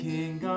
King